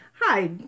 hi